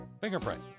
Fingerprint